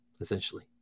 essentially